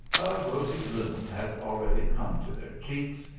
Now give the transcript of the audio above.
rosy bloom had already come to their cheeks,